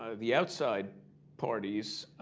ah the outside parties,